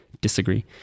Disagree